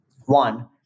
one